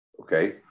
Okay